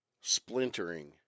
splintering